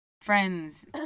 friends